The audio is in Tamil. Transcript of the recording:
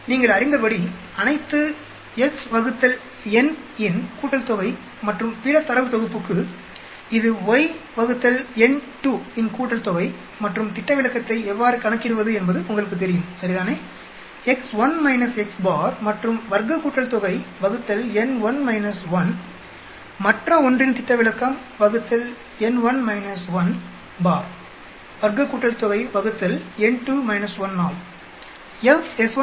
எனவே நீங்கள் அறிந்தபடி அனைத்து x n இன் கூட்டல்தொகை மற்றும் பிற தரவு தொகுப்புக்கு இது y n2 இன் கூட்டல்தொகை மற்றும் திட்ட விலக்கத்தை எவ்வாறு கணக்கிடுவது என்பது உங்களுக்குத் தெரியும்சரிதானே x1 மற்றும் வர்க்க கூட்டல்தொகை n1 - 1 மற்ற 1 இன் திட்ட விலக்கம் n1 - 1 பார் வர்க்க கூட்டல்தொகை வகுத்தல் n2 - 1 ஆல்